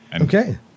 Okay